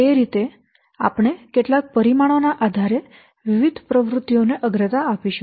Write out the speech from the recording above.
તે રીતે આપણે કેટલાક પરિમાણો ના આધારે વિવિધ પ્રવૃત્તિઓને અગ્રતા આપીશું